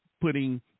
putting